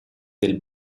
del